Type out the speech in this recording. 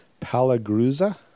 Palagruza